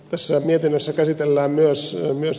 tässä mietinnössä käsitellään myös